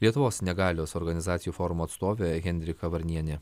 lietuvos negalios organizacijų forumo atstovė henrika varnienė